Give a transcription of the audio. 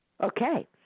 Okay